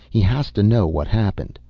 he has to know what happened.